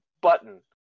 button